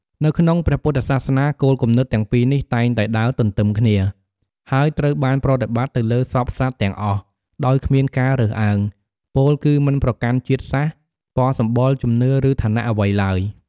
នៅក្នុងព្រះពុទ្ធសាសនា គោលគំនិតទាំងពីរនេះតែងតែដើរទន្ទឹមគ្នា ហើយត្រូវបានប្រតិបត្តិទៅលើសព្វសត្វទាំងអស់ ដោយគ្មានការរើសអើង ពោលគឺមិនប្រកាន់ជាតិសាសន៍ ពណ៌សម្បុរ ជំនឿ ឬឋានៈអ្វីឡើយ។